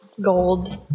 gold